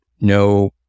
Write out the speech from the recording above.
no